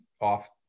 off